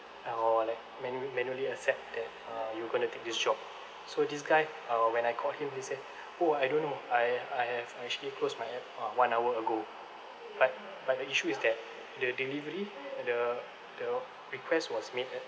or like manu~ manually accept that uh you gonna take this job so this guy uh when I called him he said oh I don't know I I have actually closed my app uh one hour ago but but the issue is that the delivery at the the request was made at